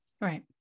Right